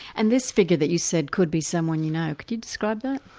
and this figure that you said could be someone you know could you describe that?